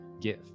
give